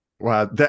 Wow